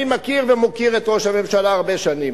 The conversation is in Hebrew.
אני מכיר ומוקיר את ראש הממשלה הרבה שנים.